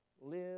live